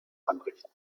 anrichten